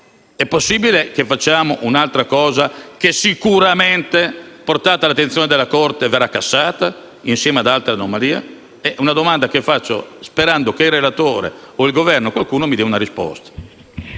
È possibile approvare qui un'altra norma che sicuramente, portata all'attenzione della Corte, verrà cassata insieme ad altre anomalie? È una domanda che faccio, sperando che il Governo o il relatore mi diano una risposta.